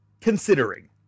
considering